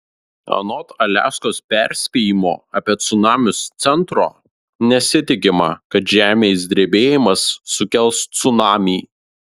anot aliaskos perspėjimo apie cunamius centro nesitikima kad žemės drebėjimas sukels cunamį